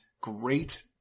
great